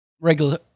Regular